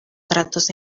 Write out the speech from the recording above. tratos